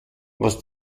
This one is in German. was